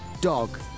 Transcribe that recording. dog